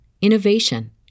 innovation